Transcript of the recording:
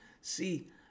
See